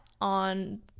on